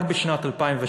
רק בשנת 2012,